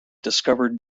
discovered